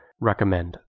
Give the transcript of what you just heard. recommend